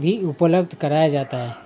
भी उपलब्ध कराया जाता है